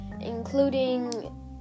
including